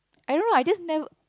I don't know I just never